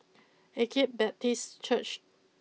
Agape Baptist Church